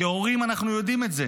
כהורים אנחנו יודעים את זה.